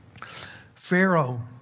Pharaoh